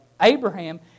Abraham